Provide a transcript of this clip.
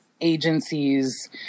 agencies